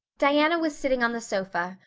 diana was sitting on the sofa,